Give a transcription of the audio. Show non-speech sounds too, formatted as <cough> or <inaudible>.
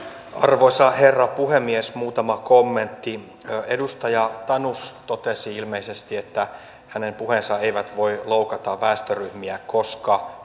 arvoisa herra puhemies muutama kommentti edustaja tanus totesi ilmeisesti että hänen puheensa eivät voi loukata väestöryhmiä koska <unintelligible>